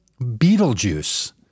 Beetlejuice